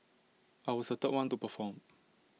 I was the third one to perform